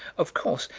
of course,